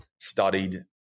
studied